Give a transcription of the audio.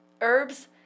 herbs